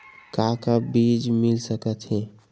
का का बीज मिल सकत हे?